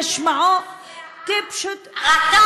מוחמד ברגותי, זה העם?